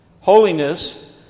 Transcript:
Holiness